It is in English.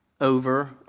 over